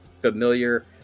familiar